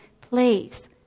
please